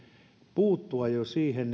puuttua siihen